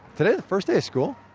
today the first day of school?